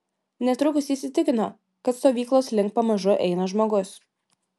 netrukus įsitikino kad stovyklos link pamažu eina žmogus